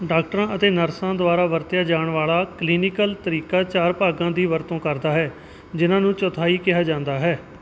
ਡਾਕਟਰਾਂ ਅਤੇ ਨਰਸਾਂ ਦੁਆਰਾ ਵਰਤਿਆ ਜਾਣ ਵਾਲਾ ਕਲੀਨਿਕਲ ਤਰੀਕਾ ਚਾਰ ਭਾਗਾਂ ਦੀ ਵਰਤੋਂ ਕਰਦਾ ਹੈ ਜਿਨ੍ਹਾਂ ਨੂੰ ਚੌਥਾਈ ਕਿਹਾ ਜਾਂਦਾ ਹੈ